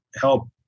help